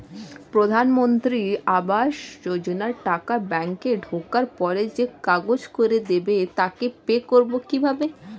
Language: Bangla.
প্রধানমন্ত্রী আবাস যোজনার টাকা ব্যাংকে ঢোকার পরে যে কাজ করে দেবে তাকে পে করব কিভাবে?